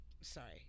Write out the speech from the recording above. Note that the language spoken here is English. sorry